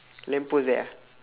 lamp post there ah